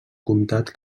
comtat